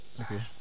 Okay